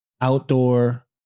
outdoor